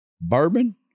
Bourbon